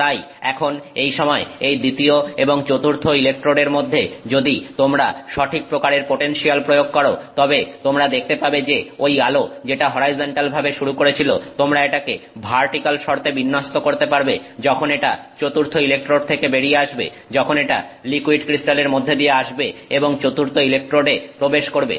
তাই এখন এই সময় এই দ্বিতীয় এবং চতুর্থ ইলেকট্রোডের মধ্যে যদি তোমরা সঠিক প্রকারের পোটেনসিয়াল প্রয়োগ করো তবে তোমরা দেখতে পাবে যে ঐ আলো যেটা হরাইজন্টালভাবে শুরু করেছিল তোমরা এটাকে ভার্টিক্যাল শর্তে বিন্যস্ত করতে পারবে যখন এটা চতুর্থ ইলেকট্রোড থেকে বেরিয়ে আসবে যখন একটা লিকুইড ক্রিস্টালের মধ্যে দিয়ে আসবে এবং চতুর্থ ইলেকট্রোডে প্রবেশ করবে